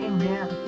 Amen